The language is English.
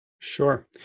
Sure